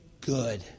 good